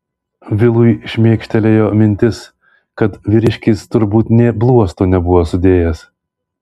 vilui šmėkštelėjo mintis kad vyriškis turbūt nė bluosto nebuvo sudėjęs